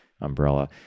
umbrella